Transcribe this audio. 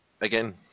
again